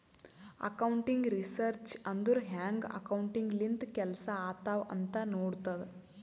accounting research ಅಂದುರ್ ಹ್ಯಾಂಗ್ accounting ಲಿಂತ ಕೆಲ್ಸಾ ಆತ್ತಾವ್ ಅಂತ್ ನೋಡ್ತುದ್